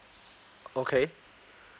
okay